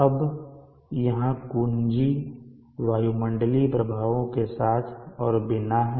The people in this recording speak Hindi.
अब यहाँ कुंजी वायुमंडलीय प्रभावों साथ और बिना है